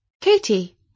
Katie